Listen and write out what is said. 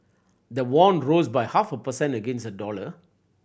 the won rose by half a per cent against the dollar